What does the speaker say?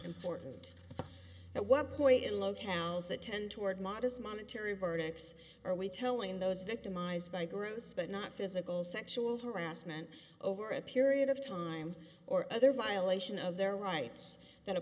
important at what point in locales that tend toward modest monetary verdicts are we telling those victimized by groups but not physical sexual harassment over a period of time or other violation of their rights that a